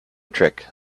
trick